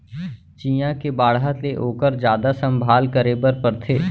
चियॉ के बाढ़त ले ओकर जादा संभाल करे बर परथे